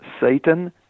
Satan